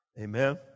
Amen